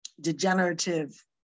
degenerative